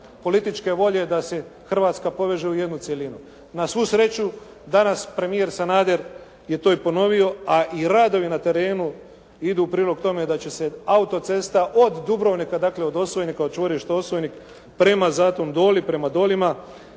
političke volje da se Hrvatska poveže u jednu cjelinu. Na svu sreću danas premijer Sanader je to i ponovio a i radovi na terenu idu u prilog tome da će se autocesta od Dubrovnika, dakle od Osvojnika, od čvorišta Osvojnik prema Zaton Doli, prema Dolima